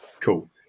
Cool